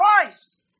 Christ